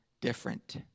different